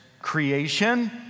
creation